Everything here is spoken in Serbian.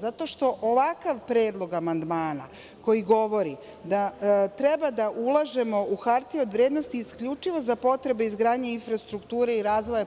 Zato što ovakav predlog amandmana, koji govori da treba da ulažemo u hartije od vrednosti isključivo za potrebe izgradnje infrastrukture i razvoja